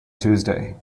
tuesday